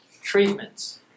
treatments